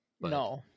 No